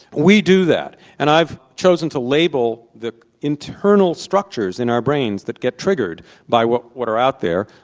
we do that. and i've chosen to label the internal structures in our brains that get triggered by what what are out there,